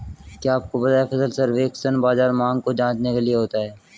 क्या आपको पता है फसल सर्वेक्षण बाज़ार मांग को जांचने के लिए होता है?